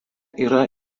yra